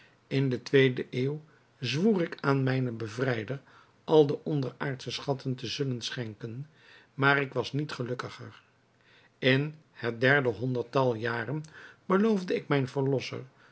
in de tweede eeuw zwoer ik aan mijnen bevrijder al de onderaardsche schatten te zullen schenken maar ik was niet gelukkiger in het derde honderdtal jaren beloofde ik mijn verlosser